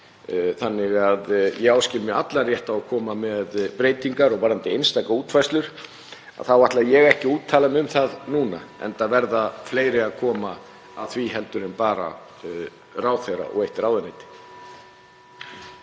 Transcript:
Þannig að ég áskil mér allan rétt til að koma með breytingar. Varðandi einstaka útfærslur þá ætla ég ekki að úttala mig um það núna, enda verða fleiri að koma að því heldur en bara ráðherra og eitt ráðuneyti.